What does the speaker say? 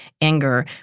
anger